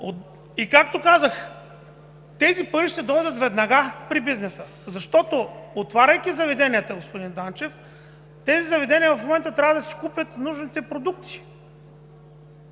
И както казах, тези пари ще дойдат веднага при бизнеса, защото, отваряйки заведенията, господин Данчев, тези заведения в момента трябва да си купят нужните продукти,